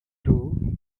two